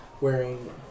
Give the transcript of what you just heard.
wearing